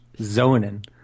zoning